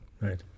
Right